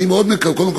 קודם כול,